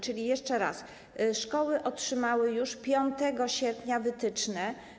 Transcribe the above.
Czyli jeszcze raz, szkoły otrzymały już 5 sierpnia wytyczne.